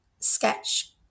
sketch